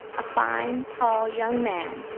a fine, tall young man,